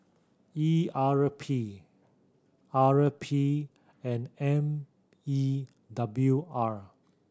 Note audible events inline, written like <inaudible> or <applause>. E R <unintelligible> P R <unintelligible> P and M E W R